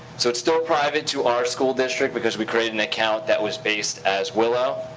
so it's still private to our school district because we created an account that was based as willow,